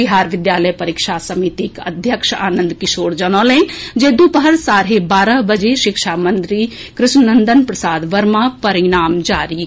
बिहार विद्यालय परीक्षा समितिक अध्यक्ष आनंद किशोर जनौलनि जे दूपहर साढ़े बारह बजे शिक्षा मंत्री कृष्णनंदन प्रसाद वर्मा परिणाम जारी करताह